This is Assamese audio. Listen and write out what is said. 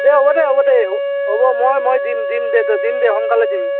দে হ'ব দে হ'ব দে হ'ব মই মই দিম দে দিম দে সোনকালে দিম